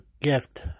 gift